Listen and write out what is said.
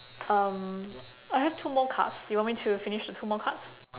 um I have two more cards do you want me to finish the two more cards